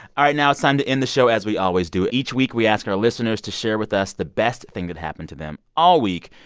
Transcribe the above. all right. now it's time to end the show as we always do. each week, we ask our listeners to share with us the best thing that happened to them all week.